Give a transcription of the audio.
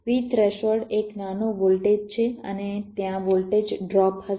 V threshold એક નાનો voltage છે અને ત્યાં વોલ્ટેજ ડ્રોપ હશે